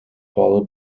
followed